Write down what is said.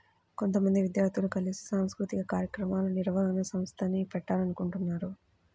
కొంతమంది విద్యార్థులు కలిసి సాంస్కృతిక కార్యక్రమాల నిర్వహణ సంస్థని పెట్టాలనుకుంటన్నారు